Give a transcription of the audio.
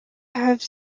have